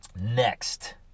Next